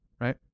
right